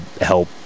help